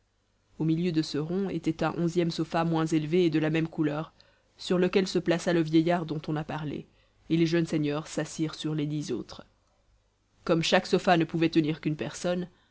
au milieu de ce rond était un onzième sofa moins élevé et de la même couleur sur lequel se plaça le vieillard dont on a parlé et les jeunes seigneurs s'assirent sur les dix autres comme chaque sofa ne pouvait tenir qu'une personne